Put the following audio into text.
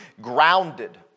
grounded